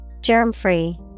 Germ-free